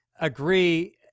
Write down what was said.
agree